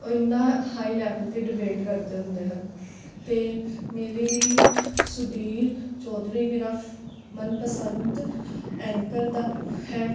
ਉਹ ਇੰਨਾ high level 'ਤੇ ਡਿਬੇਟ ਕਰਦੇ ਹੁੰਦੇ ਹਨ ਅਤੇ ਮੇਰੇ ਲਈ ਸੁਦੀਰ ਚੌਧਰੀ ਮੇਰਾ ਮਨਪਸੰਦ ਐਂਕਰ ਦਾ ਹੈ